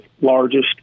largest